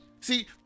see